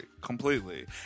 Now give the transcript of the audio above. Completely